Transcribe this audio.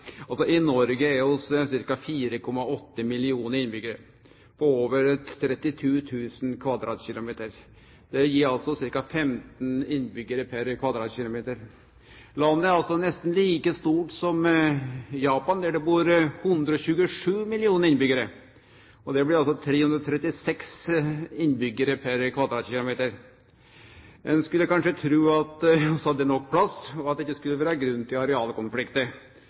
altså ca. 15 innbyggjarar per km2. Landet er nesten like stort som Japan, som har 127 millionar innbyggjarar. Det blir altså 336 innbyggjarar per km2. Ein skulle kanskje tru at vi hadde nok plass, og at det ikkje skulle vere grunn til arealkonfliktar,